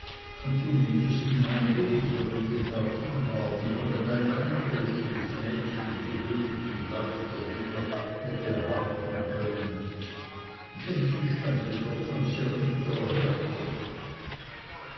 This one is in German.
und zum mindesten eine ebenso gute partie war wie irgend eine andere die das mädchen im gewöhnlichen lauf der dinge hätte erwarten können denn sie stammte doch von sehr niederer herkunft